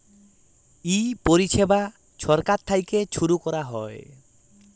ই পরিছেবা ছরকার থ্যাইকে ছুরু ক্যরা হ্যয়